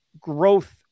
growth